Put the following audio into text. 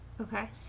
okay